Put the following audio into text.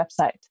website